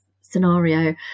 scenario